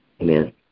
Amen